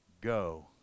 Go